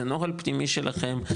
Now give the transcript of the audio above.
זה נוהל פנימי שלכם,